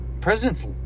Presidents